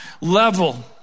level